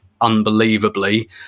unbelievably